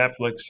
Netflix